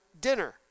dinner